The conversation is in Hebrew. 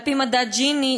על-פי מדד ג'יני,